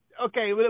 Okay